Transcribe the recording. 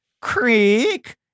Creek